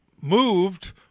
moved